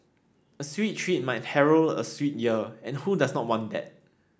a sweet treat might herald a sweet year and who does not want that